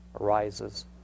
arises